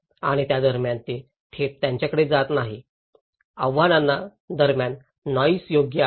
आणि त्या दरम्यान ते थेट त्यांच्याकडे जात नाही आव्हानांच्या दरम्यान नॉईस योग्य आहे